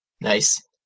Nice